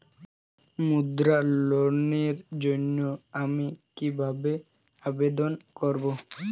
মুদ্রা লোনের জন্য আমি কিভাবে আবেদন করবো?